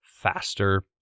Faster